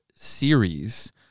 series